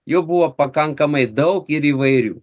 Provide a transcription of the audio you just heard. jų buvo pakankamai daug ir įvairių